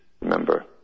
remember